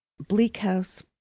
bleak house,